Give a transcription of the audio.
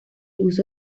uso